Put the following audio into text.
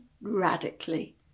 radically